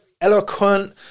eloquent